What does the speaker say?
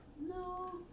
no